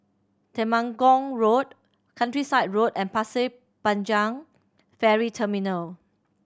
Temenggong Road Countryside Road and Pasir Panjang Ferry Terminal